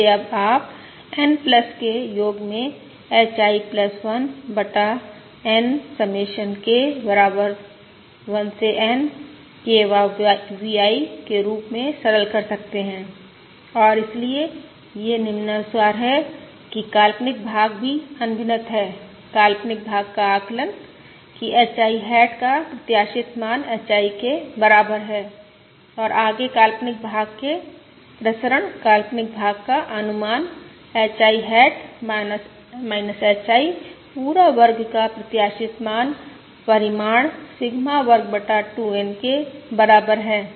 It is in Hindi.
जिसे अब आप N के योग में HI 1 बटा N समेशन K बराबर 1 से N K वाँ VI के रूप में सरल कर सकते हैं और इसलिए यह निम्नानुसार है कि काल्पनिक भाग भी अनभिनत है काल्पनिक भाग का आकलन कि HI हैट का प्रत्याशित मान HI के बराबर है और आगे काल्पनिक भाग के प्रसरण काल्पनिक भाग का अनुमान HI हैट HI पूरा वर्ग का प्रत्याशित मान परिमाण सिग्मा वर्ग बटा 2 N के बराबर है